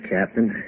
Captain